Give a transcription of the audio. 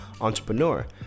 entrepreneur